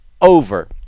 over